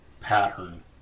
pattern